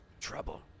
trouble